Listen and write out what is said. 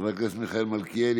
חבר הכנסת מיכאל מלכיאלי,